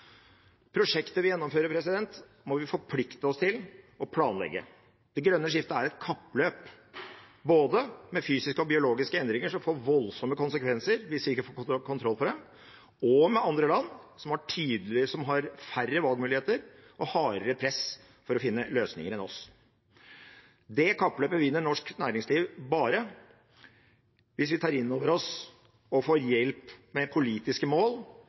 Prosjektet vi gjennomfører, må vi forplikte oss til og planlegge. Det grønne skiftet er et kappløp, både med fysiske og biologiske endringer som vil få voldsomme konsekvenser hvis vi ikke får kontroll på dem, og med andre land som har færre valgmuligheter og hardere press enn oss for å finne løsninger. Det kappløpet vinner norsk næringsliv bare hvis vi tar inn over oss og får hjelp med politiske mål